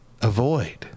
Avoid